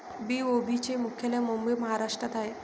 BOB चे मुख्यालय मुंबई महाराष्ट्रात आहे